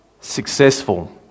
successful